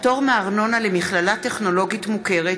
(פטור מארנונה למכללה טכנולוגית מוכרת),